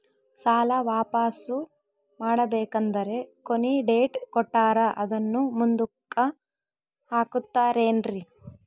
ಸಾಲ ವಾಪಾಸ್ಸು ಮಾಡಬೇಕಂದರೆ ಕೊನಿ ಡೇಟ್ ಕೊಟ್ಟಾರ ಅದನ್ನು ಮುಂದುಕ್ಕ ಹಾಕುತ್ತಾರೇನ್ರಿ?